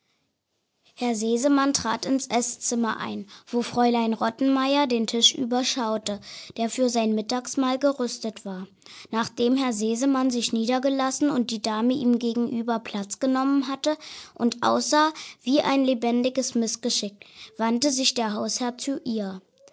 herr sesemann trat ins esszimmer ein wo fräulein rottenmeier den tisch überschaute der für sein mittagsmahl gerüstet war nachdem herr sesemann sich niedergelassen und die dame ihm gegenüber platz genommen hatte und aussah wie ein lebendiges missgeschick wandte sich der hausherr zu ihr